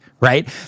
right